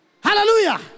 Hallelujah